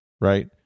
right